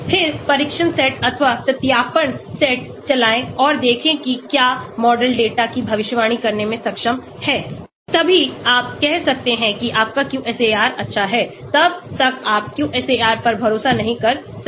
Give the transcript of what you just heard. फिर परीक्षण सेट अथवा सत्यापन सेट चलाएं और देखें कि क्या मॉडल डेटा की भविष्यवाणी करने में सक्षम है तभी आप कह सकते हैं कि आपका QSAR अच्छा है तब तक आप QSAR पर भरोसा नहीं कर सकते